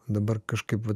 dabar kažkaip vat